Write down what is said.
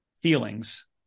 feelings